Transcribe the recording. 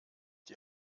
die